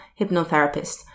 hypnotherapist